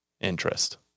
interest